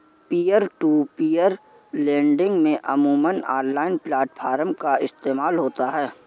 peer to peer lending में अमूमन online platform का इस्तेमाल होता है